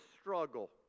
struggle